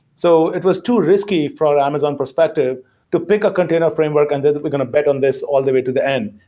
so it was too risky for amazon perspective to pick a container framework and then we're going to bet on this all the way to the end.